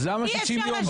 אז למה 60 יום?